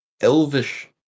elvish